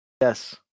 Yes